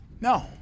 No